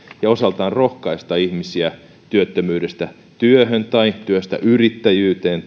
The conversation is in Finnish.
ja osaltaan rohkaista ihmisiä työttömyydestä työhön tai työstä yrittäjyyteen